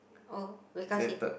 oh because he